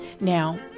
Now